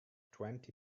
twenty